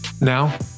Now